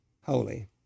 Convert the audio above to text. holy